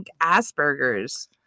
Asperger's